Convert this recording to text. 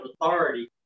authority